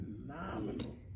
phenomenal